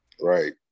Right